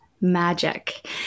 magic